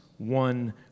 one